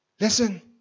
Listen